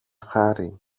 χάρη